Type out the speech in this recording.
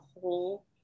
whole